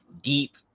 deep